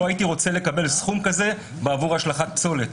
לא הייתי רוצה לקבל סכום כזה בעבור השלכת פסולת.